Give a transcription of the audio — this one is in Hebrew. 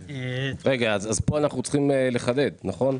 רגע אז פה אנחנו צריכים לחדד נכון?